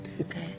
Okay